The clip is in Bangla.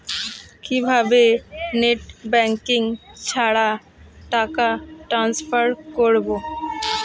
কিভাবে নেট ব্যাঙ্কিং ছাড়া টাকা টান্সফার করব?